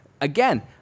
again